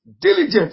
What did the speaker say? diligent